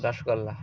rosogolla